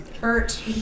hurt